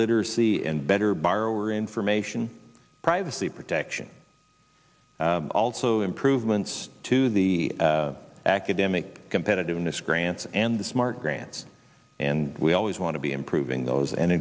literacy and better borrower information privacy protection also improvements to the academic competitiveness grants and the smart grants and we always want to be improving those and